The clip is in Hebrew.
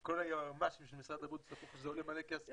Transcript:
כל היועצים המשפטיים של משרד הבריאות ויצעקו שזה עולה כסף.